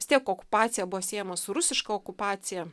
vis tiek okupacija buvo siejama su rusiška okupacija